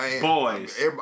boys